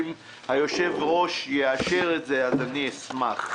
אם יושב-הראש יאשר את זה אני אשמח.